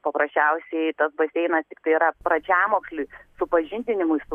paprasčiausiai tas baseinas tiktai yra pradžiamokslis supažindinimui su